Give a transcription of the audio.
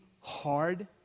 hard